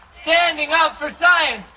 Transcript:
standing up for science!